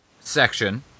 section